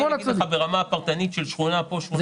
אני לא יכול להגיד לך ברמה הפרטנית של שכונה כאן ושכונה שם.